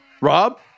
Rob